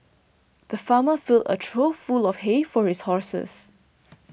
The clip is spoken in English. the farmer filled a trough full of hay for his horses